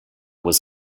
was